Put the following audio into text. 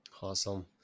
Awesome